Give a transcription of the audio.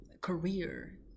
career